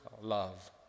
love